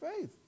faith